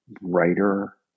writer